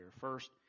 First